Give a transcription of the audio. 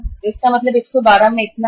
तो इसका मतलब 112 में इतना है